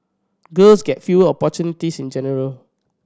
girls get fewer opportunities in general